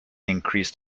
increased